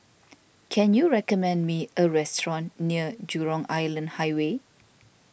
can you recommend me a restaurant near Jurong Island Highway